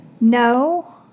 No